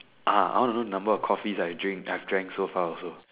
number of coffees I've drank so far also